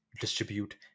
distribute